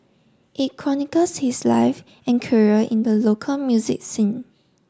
it chronicles his life and career in the local music scene